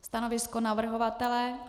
Stanovisko navrhovatele?